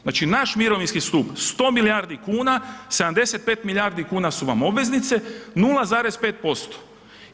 Znači naš mirovinski stup, 100 milijardi kuna 75 milijardi kuna su vam obveznice, 0,5%